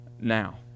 now